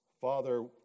Father